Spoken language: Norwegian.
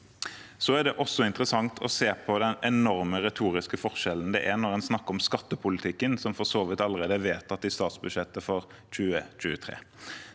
Det er også interessant å se på den enorme retoriske forskjellen det er når en snakker om skattepolitikken, som for så vidt allerede er vedtatt i statsbudsjettet for 2023.